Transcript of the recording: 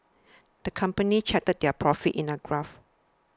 the company charted their profits in a graph